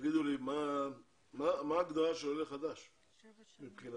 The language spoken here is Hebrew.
מה ההגדרה של עולה חדש מבחינתם?